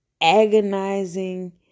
agonizing